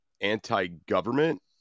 anti-government